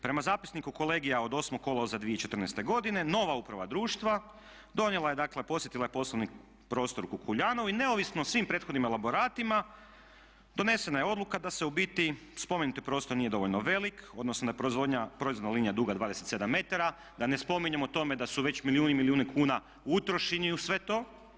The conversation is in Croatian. Prema zapisniku kolegija od 8. kolovoza 2014. godine nova uprava društva posjetila je dakle poslovni prostor u Kukuljanovu i neovisno o svim prethodnim elaboratima donesena je odluka da u biti spomenuti prostor nije dovoljno velik, odnosno da je proizvodna linija duga 27 metara, da ne spominjem o tome da su već milijuni i milijuni kuna utrošeni u sve to.